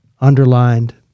underlined